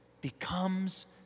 becomes